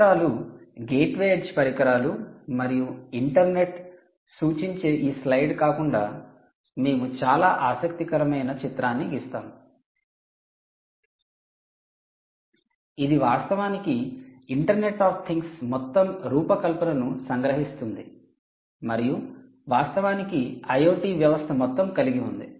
పరికరాలు gateway edge పరికరాలు మరియు ఇంటర్నెట్ సూచించే ఈ స్లైడ్ కాకుండా మేము చాలా ఆసక్తికరమైన చిత్రాన్ని గీస్తాము ఇది వాస్తవానికి ఇంటర్నెట్ ఆఫ్ థింగ్స్ మొత్తం రూపకల్పనను సంగ్రహిస్తుంది మరియు వాస్తవానికి IoT వ్యవస్థ మొత్తం కలిగి ఉంది